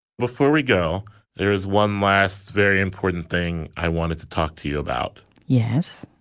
before we go there is one last very important thing i wanted to talk to you about yes